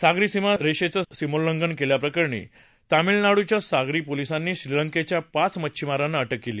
सागरी सीमा रेषेचं उल्लंघन केल्याप्रकरणी तामिळनाडूच्या सागरी पोलिसांनी श्रीलंकेच्या पाच मच्छीमारांना अटक केली